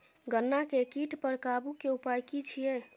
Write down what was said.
गन्ना के कीट पर काबू के उपाय की छिये?